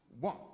One